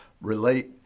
relate